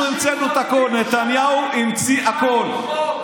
אנחנו המצאנו הכול, נתניהו המציא הכול.